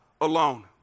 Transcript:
alone